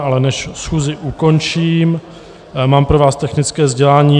Ale než schůzi ukončím, mám pro vás technické sdělení.